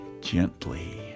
gently